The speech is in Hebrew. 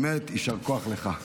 באמת, יישר כוח לך.